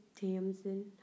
Tamsin